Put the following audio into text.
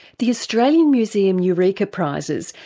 the australian museum eureka prizes,